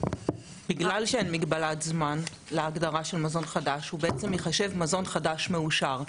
בגלל שאין מגבלת זמן להגדרה של מזון חדש הוא בעצם ייחשב מזון חדש מאושר.